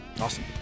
Awesome